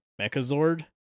Mechazord